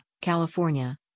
California